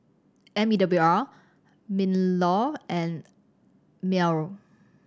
M E W R MinLaw and MEWR